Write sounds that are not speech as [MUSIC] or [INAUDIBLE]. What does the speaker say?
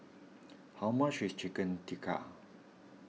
[NOISE] how much is Chicken Tikka